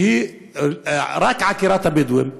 שהיא רק לעקירת הבדואים,